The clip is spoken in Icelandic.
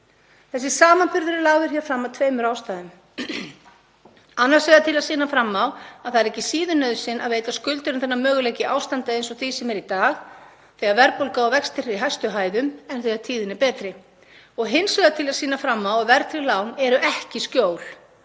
Þessi samanburður er lagður fram af tveimur ástæðum. Annars vegar til að sýna fram á að það er ekki síður nauðsyn að veita skuldurum þennan möguleika í ástandi eins og því sem er í dag þegar verðbólga og vextir eru í hæstu hæðum en þegar tíðin er betri. Hins vegar til að sýna fram á að verðtryggð lán eru ekki skjól.